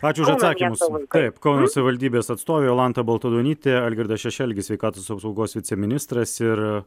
ačiū už atsakymus taip kauno savivaldybės atstovė jolanta baltaduonytė algirdas šešelgis sveikatos apsaugos viceministras ir